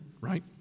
right